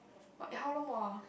uh how long more ah